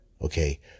Okay